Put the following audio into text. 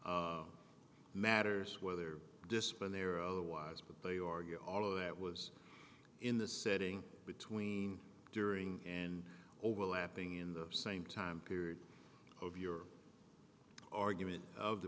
type matters whether discipline there or otherwise but they argue all of that was in the setting between during and overlapping in the same time period of your argument of the